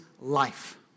life